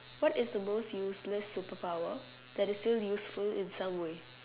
what is the most useless superpower that is still useful in some way